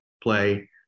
play